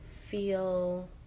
feel